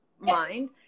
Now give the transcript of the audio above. mind